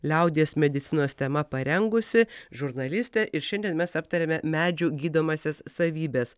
liaudies medicinos tema parengusi žurnalistė ir šiandien mes aptarėme medžių gydomąsias savybes